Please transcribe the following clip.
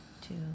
two